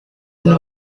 niba